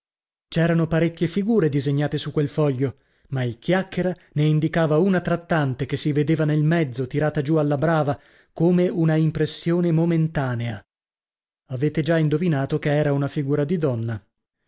c'erano parecchie figure disegnate su quel foglio ma il chiacchiera ne indicava una tra tante che si vedeva nel mezzo tirata giù alla brava come una impressione momentanea avete già indovinato che era una figura di donna